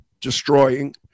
destroying